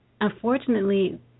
unfortunately